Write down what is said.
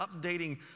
updating